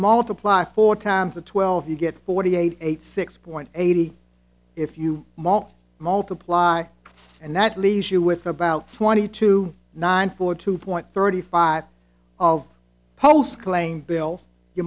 multiply four times a twelve you get forty eight six point eight if you multiply and that leaves you with about twenty two nine four two point thirty five of post claim bails you